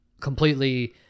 completely